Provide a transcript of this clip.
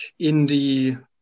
indie